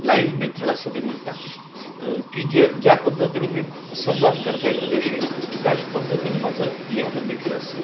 live method असं ते म्हणतात की जे ज्या पद्धतीने मी संवाद करतो एखाद्याशी त्याच पद्धतीने माझं लेखन देखील असं